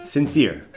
Sincere